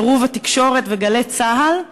בעירוב התקשורת ו"גלי צה"ל"